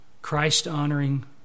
Christ-honoring